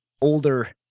older